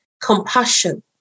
compassion